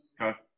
Okay